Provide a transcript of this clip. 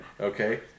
okay